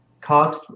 card